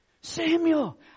Samuel